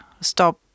stop